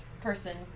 person